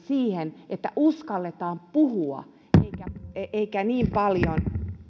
siihen että uskalletaan puhua eikä niin paljon